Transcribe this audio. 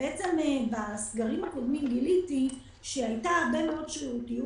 בעצם בסגרים הקודמים גיליתי שהיתה הרבה מאוד שרירותיות